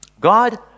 God